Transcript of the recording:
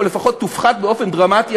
או לפחות תופחת באופן דרמטי,